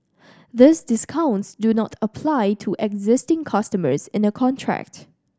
these discounts do not apply to existing customers in a contract